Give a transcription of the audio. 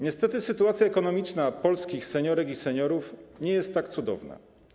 Niestety sytuacja ekonomiczna polskich seniorek i seniorów nie jest tak cudowna.